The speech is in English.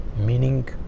meaning